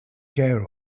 care